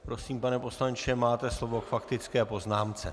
Prosím, pane poslanče, máte slovo k faktické poznámce.